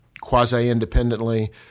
quasi-independently